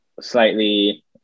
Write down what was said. slightly